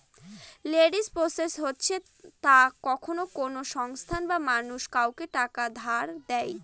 lending process হচ্ছে তা যখন কোনো সংস্থা বা মানুষ কাউকে টাকা ধার দেয়